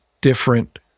different